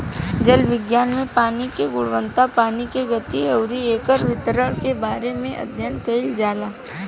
जल विज्ञान में पानी के गुणवत्ता पानी के गति अउरी एकर वितरण के बारे में अध्ययन कईल जाला